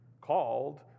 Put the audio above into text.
called